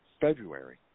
February